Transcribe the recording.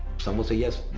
some will say yes,